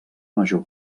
major